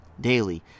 daily